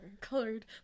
colored